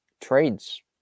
trades